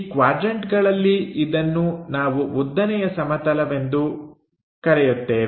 ಈ ಕ್ವಾಡ್ರನ್ಟಗಳಲ್ಲಿ ಇದನ್ನು ನಾವು ಉದ್ದನೆಯ ಸಮತಲವೆಂದು ಎಂದು ಕರೆಯುತ್ತೇವೆ